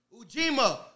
Ujima